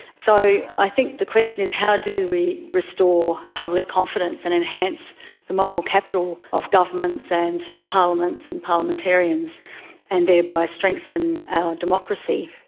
so i think the question is how do we restore public confidence and enhance the moral capital of governments and parliaments and parliamentarians and thereby strengthen our democracy.